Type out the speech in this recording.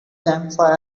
campfire